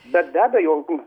bet deda jauku